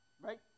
right